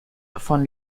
von